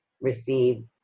receive